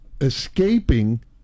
escaping